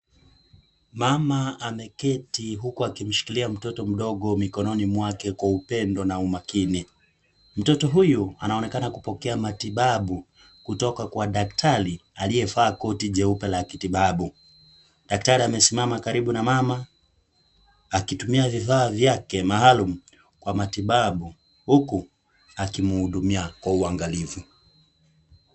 Mama ameketi, huku akimshikilia mtoto mdogo, mikononi mwake kwa upendo na umakini. Mtoto huyu anaonekana kupokea matibabu, kutoka kwa daktari, aliyevaa koti jeupe la kitabibu. Daktari amesimama karibu na mama, akitumia vifaa vyake maalum kwa matibabu. Huku akimhudumia kwa uangalifu.